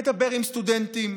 מדבר עם סטודנטים,